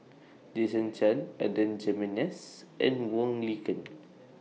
Jason Chan Adan Jimenez and Wong Lin Ken